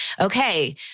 Okay